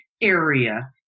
area